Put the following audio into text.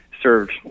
served